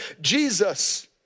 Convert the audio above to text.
Jesus